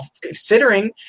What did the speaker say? considering